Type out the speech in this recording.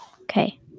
Okay